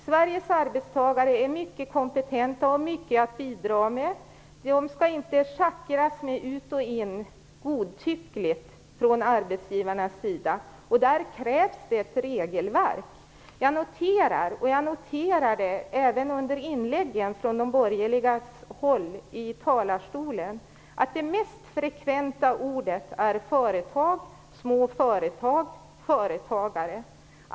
Sveriges arbetstagare är mycket kompetenta och har mycket att bidra med. Arbetsgivarna skall inte godtyckligt schackra med dem. Där krävs det ett regelverk. Jag noterade även under de borgerligas inlägg från talarstolen att de mest frekventa orden som används är företag, små företag och företagare.